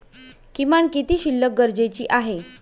किमान किती शिल्लक गरजेची आहे?